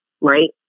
right